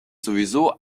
sowieso